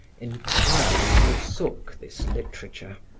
entirely forsook this literature.